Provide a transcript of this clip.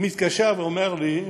הוא מתקשר ואומר לי,